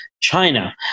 China